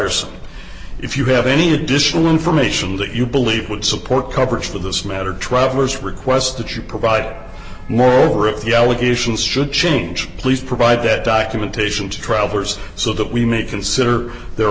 wires if you have any additional information that you believe would support coverage for this matter travelers request that you provide moreover if the allegations should change please provide that documentation to travelers so that we may consider their